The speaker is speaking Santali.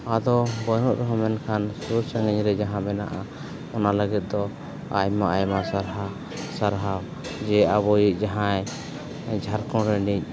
ᱟᱫᱚ ᱵᱟᱹᱱᱩᱜ ᱨᱮᱦᱚᱸ ᱢᱮᱱᱠᱷᱟᱱ ᱥᱩᱨ ᱥᱟᱺᱜᱤᱧ ᱨᱮ ᱡᱟᱦᱟᱸ ᱢᱮᱱᱟᱜᱼᱟ ᱚᱱᱟ ᱞᱟᱹᱜᱤᱫ ᱫᱚ ᱟᱭᱢᱟ ᱟᱭᱢᱟ ᱥᱟᱨᱦᱟᱣ ᱥᱟᱨᱦᱟᱣ ᱡᱮ ᱟᱵᱚᱭᱤᱡ ᱡᱟᱦᱟᱸᱭ ᱡᱷᱟᱲᱠᱷᱚᱸᱰ ᱨᱤᱱᱤᱡ